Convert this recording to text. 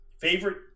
Favorite